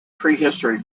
prehistory